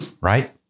right